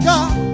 God